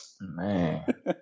Man